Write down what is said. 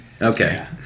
Okay